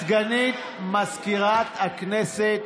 סגנית מזכירת הכנסת.